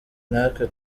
natwe